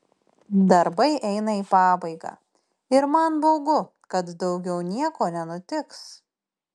darbai eina į pabaigą ir man baugu kad daugiau nieko nenutiks